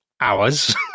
hours